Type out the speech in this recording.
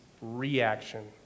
reaction